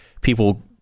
people